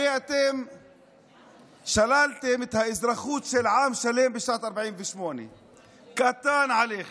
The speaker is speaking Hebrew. הרי אתם שללתם את האזרחות של עם שלם בשנת 1948. קטן עליכם.